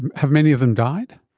have many of them died?